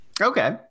Okay